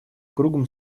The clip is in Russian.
кругом